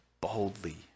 boldly